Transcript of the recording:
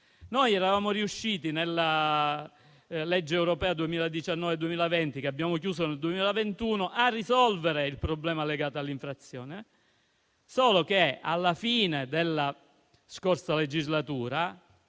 Noi eravamo riusciti, nella legge europea 2019-2020, che abbiamo chiuso nel 2021, a risolvere il problema legato all'infrazione. Solo che alla fine della scorsa legislatura,